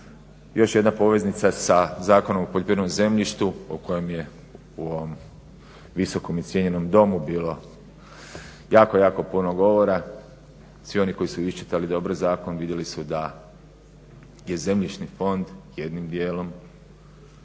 Još jedna poveznica sa Zakonom o poljoprivrednom zemljištu o kojem je u ovom Viskom i cijenjenom domu bilo jako, jako puno govora. Svi oni koji su iščitali dobro zakon vidjeli su da je zemljišni fond jednim dijelom